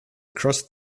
across